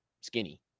skinny